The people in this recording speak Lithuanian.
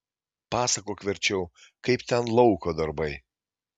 pasakok verčiau kaip ten lauko darbai